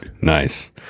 Nice